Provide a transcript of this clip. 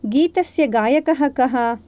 गीतस्य गायकः कः